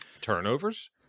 turnovers